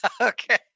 Okay